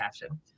passion